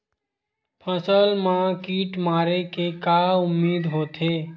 फसल मा कीट मारे के का उदिम होथे?